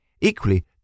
Equally